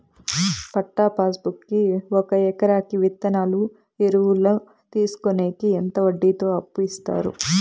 పట్టా passbook కి ఒక ఎకరాకి విత్తనాలు, ఎరువులు తీసుకొనేకి ఎంత వడ్డీతో అప్పు ఇస్తారు?